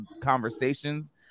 conversations